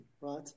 right